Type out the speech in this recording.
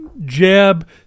jab